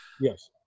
Yes